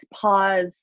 pause